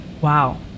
Wow